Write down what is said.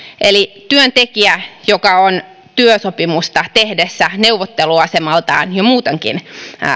eli työntekijä joka on työsopimusta tehdessä neuvotteluasemaltaan jo muutenkin